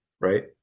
right